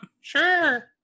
Sure